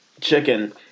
chicken